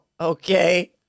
Okay